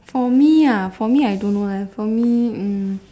for me ah for me I don't know leh for me mm